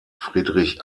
friedrich